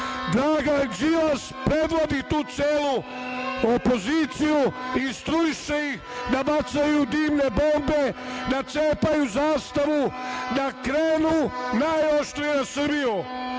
Dragan Đilas predvodi tu celu opoziciju, instruiše ih da bacaju dimne bombe, da cepaju zastavu, da krenu najoštrije na Srbiju.